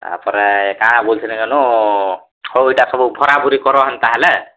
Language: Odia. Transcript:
ତାପରେ କାଣା ବୋଲୁଥିଲି କେନ ହଉ ଇଟା ସବୁ ଭରାଭୁରି କର ହେନ୍ତା ହେଲେ